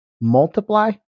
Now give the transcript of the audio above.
Multiply